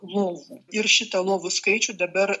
lovų ir šitą lovų skaičių dabar